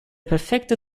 perfekte